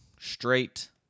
straight